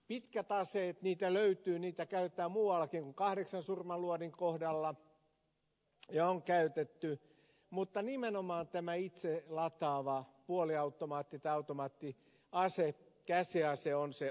pitkiä aseita löytyy niitä käytetään ja on käytetty muuallakin kuin kahdeksan surmanluotia elokuvassa mutta nimenomaan tämä itselataava puoliautomaatti tai automaattikäsiase on se ongelma